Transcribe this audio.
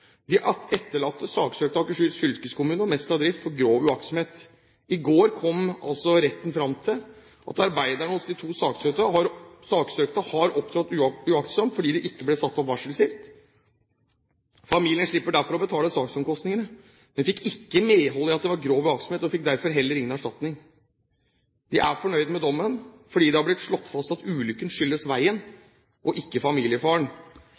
De etterlatte saksøkte Akershus fylkeskommune og Mesta Drift for grov uaktsomhet. I går kom retten fram til at arbeiderne hos de to saksøkte har opptrådt uaktsomt fordi det ikke ble satt opp varselskilt. Familien slipper derfor å betale saksomkostningene, men fikk ikke medhold i at det var grov uaktsomhet, og derfor heller ingen erstatning. De er fornøyd med dommen fordi det er blitt slått fast at ulykken skyldes veien og ikke familiefaren.